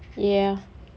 ya